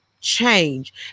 change